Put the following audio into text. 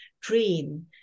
dream